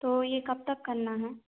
तो यह कब तक करना है